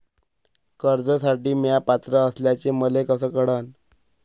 कर्जसाठी म्या पात्र असल्याचे मले कस कळन?